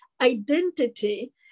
identity